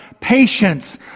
patience